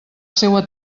seua